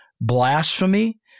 blasphemy